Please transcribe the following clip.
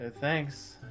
thanks